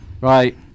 Right